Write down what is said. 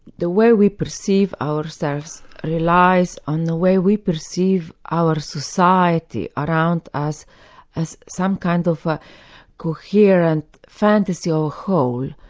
the way we perceive ourselves relies on the way we perceive our society around us as some kind of a coherent fantasy or whole.